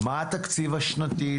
מה התקציב השנתי,